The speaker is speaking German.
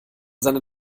seine